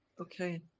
Okay